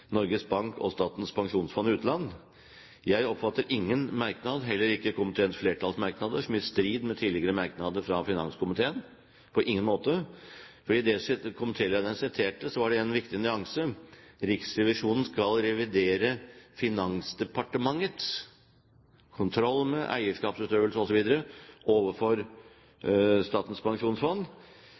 Norges Bank og Statens pensjonsfond utland. Jeg oppfatter ingen merknad, heller ikke komiteens flertallsmerknader, som i strid med tidligere merknader fra finanskomiteen – på ingen måte. I det komitélederen siterte, var det en viktig nyanse: Riksrevisjonen skal revidere Finansdepartementets kontroll med eierskapsutøvelse osv. overfor Statens pensjonsfond,